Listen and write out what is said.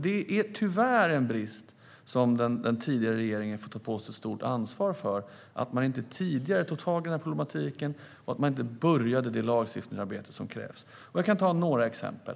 Det är tyvärr en brist den tidigare regeringen får ta på sig ett stort ansvar för. Man tog inte tag i problematiken tidigare och började inte det lagstiftningsarbete som krävs. Jag kan ta några exempel.